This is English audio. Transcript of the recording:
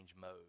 mode